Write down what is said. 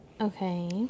Okay